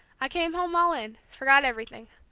i came home all in, forgot everything.